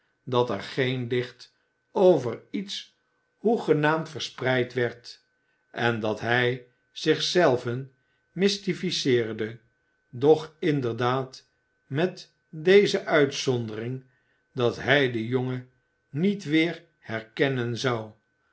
dat er geen licht over iets hoegenaamd verspreid werd en dat hij zich zelven mystificeerde doch inderdaad met deze uitzondering dat hij den jongen niet weer herkennen zou